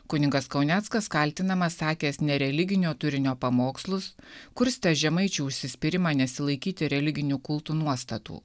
kunigas kauneckas kaltinamas sakęs nereliginio turinio pamokslus kurstė žemaičių užsispyrimą nesilaikyti religinių kultų nuostatų